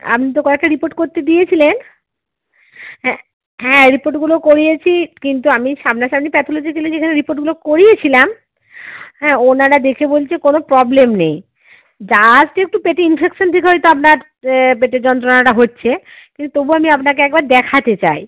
আপনি তো কয়েকটা রিপোর্ট করতে দিয়েছিলেন হ্যাঁ হ্যাঁ রিপোর্টগুলো করিয়েছি কিন্তু আমি সামনাসামনি প্যাথোলজিক্যালে যেখানে রিপোর্টগুলো করিয়েছিলাম হ্যাঁ ওনারা দেখে বলছে কোনো প্রবলেম নেই যা আছে একটু পেটে ইনফেকশান থেকে হয়তো আপনার পেটের যন্ত্রণাটা হচ্ছে কিন্তু তবুও আমি আপনাকে একবার দেখাতে চাই